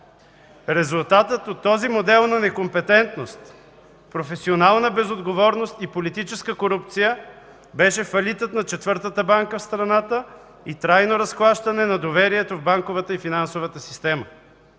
Резултатът от този модел на некомпетентност, професионална безотговорност и политическа корупция беше фалитът на четвъртата банка в страната и трайно разклащане на доверието в банковата и финансовата система.